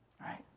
right